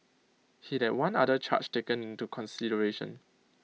he had one other charge taken into consideration